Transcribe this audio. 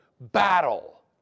battle